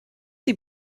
sie